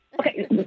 okay